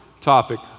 topic